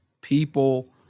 People